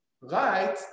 right